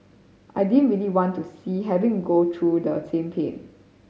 I didn't really want to see having go through the same pain